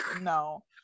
No